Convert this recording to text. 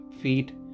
feet